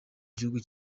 igihugu